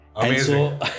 Amazing